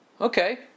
Okay